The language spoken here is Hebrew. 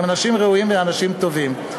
הם אנשים ראויים ואנשים טובים.